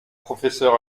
professeur